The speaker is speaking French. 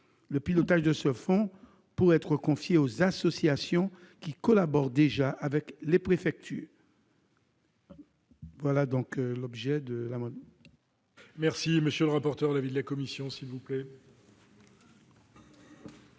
Le pilotage de ce fonds pourrait être confié aux associations qui collaborent déjà avec les préfectures. Quel est l'avis de la